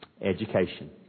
education